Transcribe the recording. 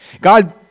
God